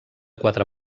quatre